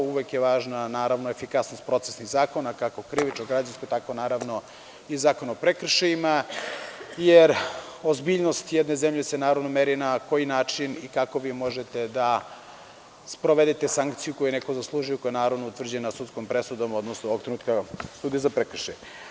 Uvek je važna, naravno, efikasnost procesnih zakona, kako krivičnog, građanskog, tako naravno i Zakona o prekršajima, jer ozbiljnost jedne zemlje se meri time na koji način i kako vi možete da sprovedete sankciju koju je neko zaslužio, koja je utvrđena sudskom presudom, odnosno ovog trenutka sudije za prekršaj.